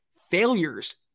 failures